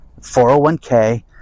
401k